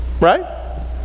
right